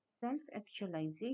Self-actualization